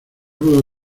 rudo